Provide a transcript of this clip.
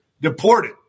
deported